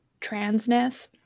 transness